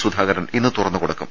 സുധാകരൻ ഇന്ന് തുറന്ന് കൊടുക്കും